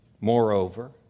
Moreover